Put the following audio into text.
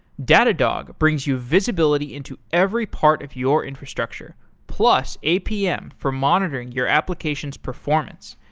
datadog brings you visibility into every part of your infrastructure, plus, apm for monitoring your application's performance.